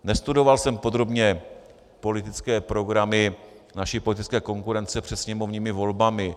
Nestudoval jsem podrobně politické programy naší politické konkurence před sněmovními volbami.